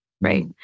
right